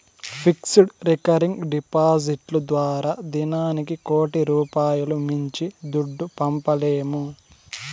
fixed, recurring డిపాడిట్లు ద్వారా దినానికి కోటి రూపాయిలు మించి దుడ్డు పంపలేము